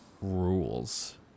rules